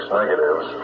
negatives